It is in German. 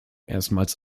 erstmals